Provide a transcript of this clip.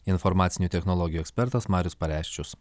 informacinių technologijų ekspertas marius pareščius